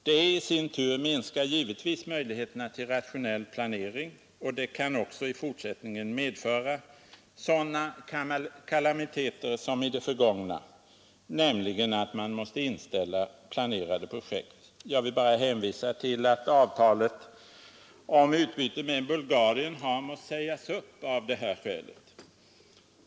Det i sin tur minskar givetvis möjligheterna till rationell planering, och det kan också i fortsättningen medföra sådana kalamiteter som inträffat i det förgångna, nämligen att man måste inställa planerade projekt. Jag vill bara hänvisa till att avtalet om utbyte med Bulgarien har måst sägas upp av det här skälet.